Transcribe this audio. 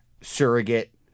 surrogate